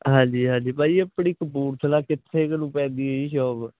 ਹਾਂਜੀ ਹਾਂਜੀ ਭਾਅ ਜੀ ਆਪਣੀ ਕਪੂਰਥਲਾ ਕਿੱਥੇ ਨੂੰ ਪੈਂਦੀ ਹ ਜੀ ਸ਼ੋਪ